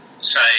say